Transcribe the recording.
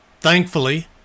Thankfully